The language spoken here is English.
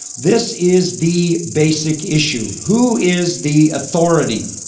this is the basic issue. who is the authority?